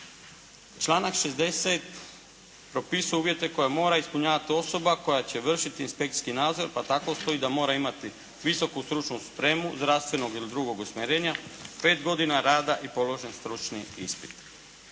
Članak 60. propisuje uvjete koje mora ispunjavati osoba koja će vršiti inspekcijski nadzor. Pa tako stoji da mora imati visoku stručnu spremu zdravstvenog ili drugog usmjerenja, pet godina rada i položen stručni ispit.